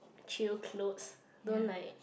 chill clothes don't like